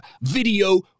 video